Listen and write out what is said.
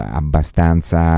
abbastanza